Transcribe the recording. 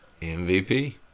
mvp